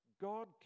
God